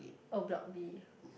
oh block B